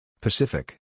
Pacific